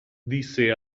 disse